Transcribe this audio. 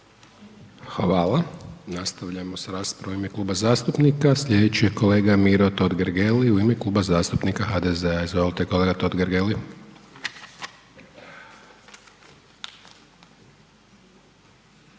Hvala. Nastavljamo s raspravom u ime kluba zastupnika. Slijedeći je kolega Miro Totgergeli u ime Kluba zastupnika HDZ-a. Izvolite kolega Totgergeli.